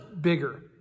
bigger